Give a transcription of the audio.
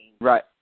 right